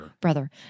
brother